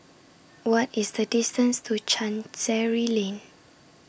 What IS The distance to Chancery Lane